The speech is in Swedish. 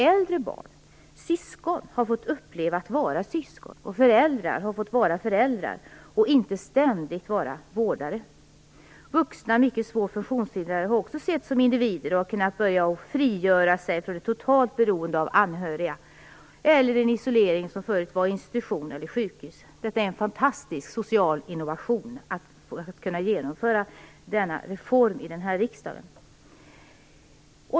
Äldre barn, syskon, har fått uppleva att få vara syskon, och föräldrar har fått vara föräldrar och inte ständigt vara vårdare. Vuxna mycket svårt funktionshindrade har också setts som individer och har kunnat börja frigöra sig från ett totalt beroende av anhöriga, eller en isolering som förut på en institution eller ett sjukhus. Det var en fantastisk social innovation att kunna genomföra denna reform i riksdagen.